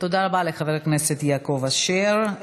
תודה רבה לחבר הכנסת יעקב אשר.